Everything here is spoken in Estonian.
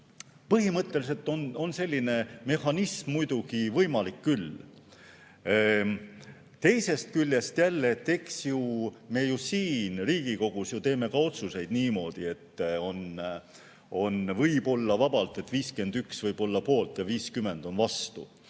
Põhimõtteliselt on selline mehhanism muidugi võimalik küll. Teisest küljest jälle, eks me ju siin Riigikogus teeme ka otsuseid niimoodi, et võib vabalt olla nii: 51 on poolt ja 50 on vastu.